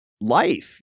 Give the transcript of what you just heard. life